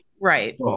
Right